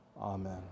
Amen